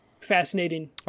fascinating